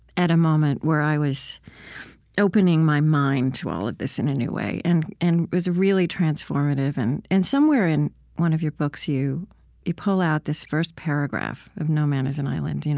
at a moment where i was opening my mind to all of this in a new way. and it and was really transformative. and and somewhere in one of your books, you you pull out this first paragraph of no man is an island you know